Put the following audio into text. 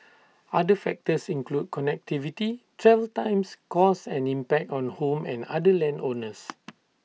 other factors include connectivity travel times costs and impact on home and other land owners